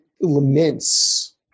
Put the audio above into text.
laments